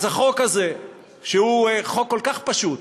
אז החוק הזה, שהוא חוק כל כך פשוט